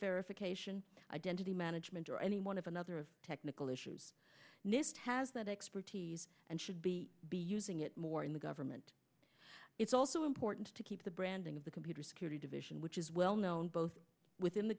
verification identity management or any one of another of technical issues nist has that expertise and should be be using it more in the government it's also important to keep the branding of the computer security division which is well known both within the